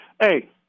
Hey